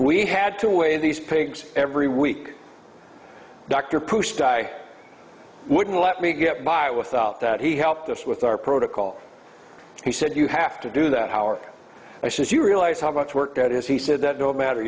we had to weigh these pigs every week dr pushed i wouldn't let me get by without that he helped us with our protocol he said you have to do that how are you i says you realize how much work that is he said that no matter